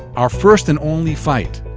our first and only fight.